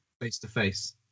face-to-face